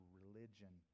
religion